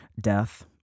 Death